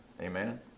amen